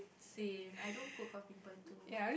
same I don't cook for people too